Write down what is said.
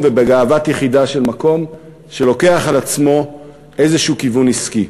ובגאוות יחידה של מקום שלוקח על עצמו איזשהו כיוון עסקי.